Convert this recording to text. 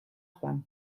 joan